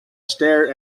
stare